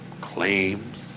claims